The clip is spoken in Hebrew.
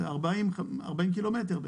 זה 40 קילומטר בערך.